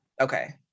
Okay